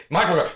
Michael